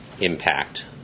impact